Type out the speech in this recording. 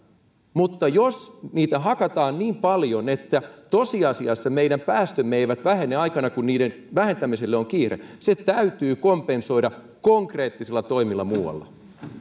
mutta jos niitä hakataan niin paljon että tosiasiassa meidän päästömme eivät vähene sinä aikana kun niiden vähentämisellä on kiire se täytyy kompensoida konkreettisilla toimilla muualla